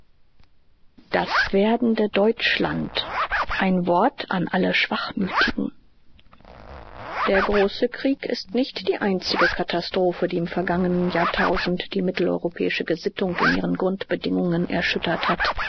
das werdende deutschland ein wort an alle schwachmütigen der große krieg ist nicht die einzige katastrophe die im vergangenen jahrtausend die mitteleuropäische gesittung in ihren grundbedingungen erschüttert hat